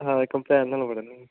ਹਾਂ ਕੰਬਾਈਨ ਨਾਲ ਵੱਢਣੀ